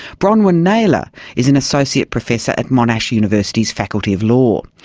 bronwyn naylor is an associate professor at monash university's faculty of law.